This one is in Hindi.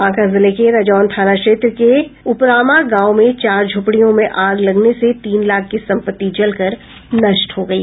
बांका जिले के रजौन थाना क्षेत्र के उपरामां गांव में चार झोपड़ियों में आग लगने से तीन लाख की संपत्ति जलकर नष्ट हो गयी